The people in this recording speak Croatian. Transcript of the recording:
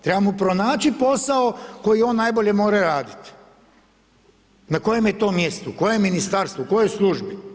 Treba mu pronaći posao koji on najbolje može raditi, na kojem je to mjestu, koje ministarstvo, u kojoj službi.